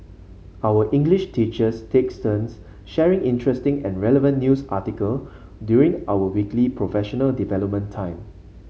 our English teachers takes turns sharing interesting and relevant news article during our weekly professional development time